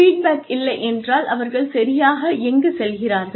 feedback இல்லை என்றால் அவர்கள் சரியாக எங்கு செல்கிறார்கள்